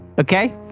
okay